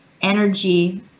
energy